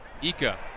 Ika